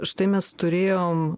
štai mes turėjom